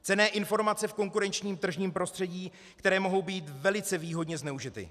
Cenné informace v konkurenčním tržním prostředí, které mohou být velice výhodně zneužity.